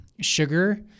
sugar